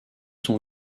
sont